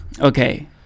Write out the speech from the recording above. Okay